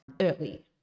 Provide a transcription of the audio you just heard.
early